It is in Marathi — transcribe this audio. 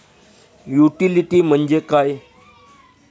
युटिलिटी म्हणजे काय?